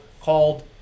called